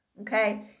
okay